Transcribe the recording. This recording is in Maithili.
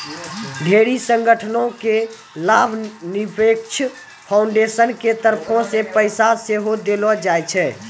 ढेरी संगठनो के लाभनिरपेक्ष फाउन्डेसन के तरफो से पैसा सेहो देलो जाय छै